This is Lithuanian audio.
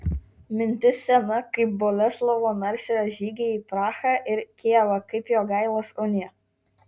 mintis sena kaip boleslovo narsiojo žygiai į prahą ir kijevą kaip jogailos unija